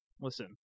listen